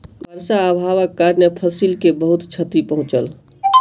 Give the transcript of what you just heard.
वर्षा अभावक कारणेँ फसिल के बहुत क्षति पहुँचल